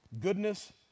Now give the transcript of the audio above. goodness